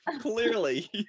Clearly